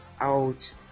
out